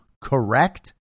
Correct